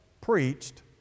preached